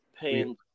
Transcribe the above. paying